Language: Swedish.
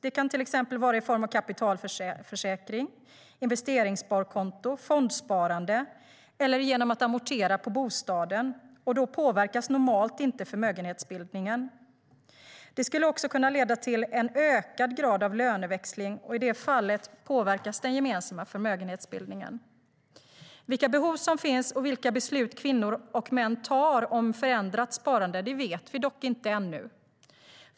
Det kan till exempel vara i form av kapitalförsäkring, investeringssparkonto, fondsparande eller genom att amortera på bostaden, och då påverkas normalt inte förmögenhetsbildningen. Det skulle också kunna leda till en ökad grad av löneväxling, och i det fallet påverkas den gemensamma förmögenhetsbildningen. Vilka behov som finns och vilka beslut kvinnor och män tar om förändrat sparande vet vi dock inte ännu.